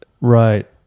Right